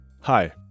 Hi